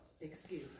excuse